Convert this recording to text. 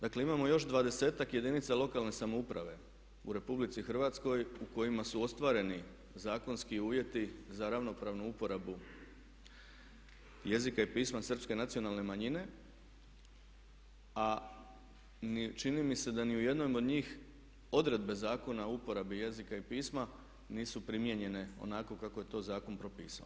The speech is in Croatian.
Dakle imamo još 20-ak jedinica lokalne samouprave u RH u kojima su ostvareni zakonski uvjeti za ravnopravnu uporabu jezika i pisma Srpske nacionalne manjine a čini mi se da ni u jednom od njih odredbe Zakona o uporabi jezika i pisma nisu primijenjene onako kako je to zakon propisao.